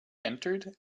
entered